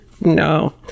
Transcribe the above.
No